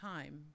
Time